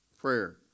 prayer